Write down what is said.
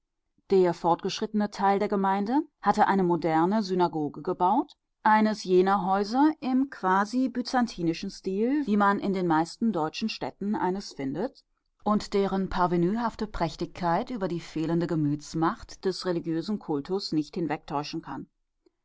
der fortgeschrittene teil der gemeinde hatte eine moderne synagoge gebaut eines jener häuser im quasi byzantinischen stil wie man in den meisten deutschen städten eines findet und deren parvenühafte prächtigkeit über die fehlende gemütsmacht des religiösen kultus nicht hinwegtäuschen kann